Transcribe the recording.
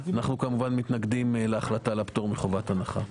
אנו כמובן מתנגדים להחלטה לפטור מחובת הנחה.